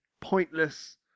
pointless